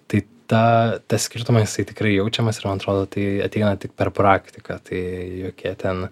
tai tą tą skirtumą jisai tikrai jaučiamas ir man atrodo tai ateina tik per praktiką tai jokie ten